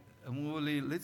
אמרו לי: ליצמן,